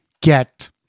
get